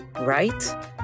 right